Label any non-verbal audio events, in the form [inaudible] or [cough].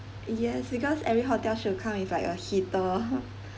yes because every hotel should come with like a heater [laughs]